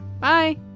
bye